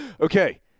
Okay